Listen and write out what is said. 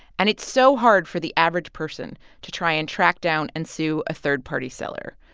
and it's so hard for the average person to try and track down and sue a third-party seller.